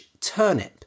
turnip